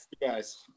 guys